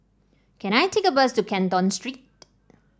can I take a bus to Canton Street